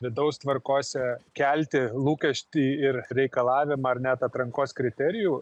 vidaus tvarkose kelti lūkestį ir reikalavimą ar net atrankos kriterijų